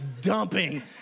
dumping